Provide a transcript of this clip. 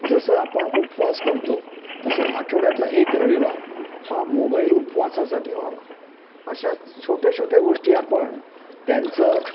जसं आपण उपवास करतो तसा आठवड्यातला एक रविवार हा मोबाईल उपवासाचा ठेवावा अशाच छोट्या छोट्या गोष्टी आपण त्यांचं